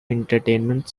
entertainment